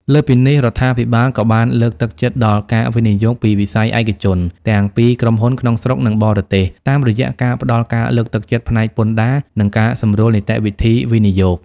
លើសពីនេះ រដ្ឋាភិបាលក៏បានលើកទឹកចិត្តដល់ ការវិនិយោគពីវិស័យឯកជន ទាំងពីក្រុមហ៊ុនក្នុងស្រុក និងបរទេស តាមរយៈការផ្តល់ការលើកទឹកចិត្តផ្នែកពន្ធដារ និងការសម្រួលនីតិវិធីវិនិយោគ។